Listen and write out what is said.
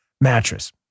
mattress